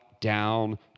down